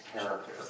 character